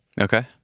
Okay